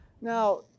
Now